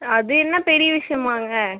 அது என்ன பெரிய விஷயமாங்க